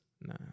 Nah